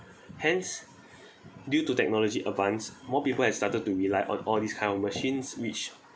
hence due to technology advance more people has started to rely on all these kind of machines which